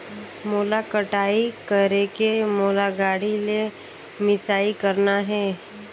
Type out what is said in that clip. मोला कटाई करेके मोला गाड़ी ले मिसाई करना हे?